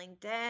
LinkedIn